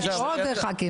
יש פה עוד ח"כים.